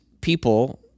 people